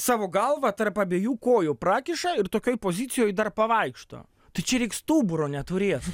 savo galvą tarp abiejų kojų prakiša ir tokioj pozicijoj dar pavaikšto tai čia reik stuburo neturėt